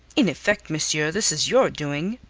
in effect, monsieur, this is your doing,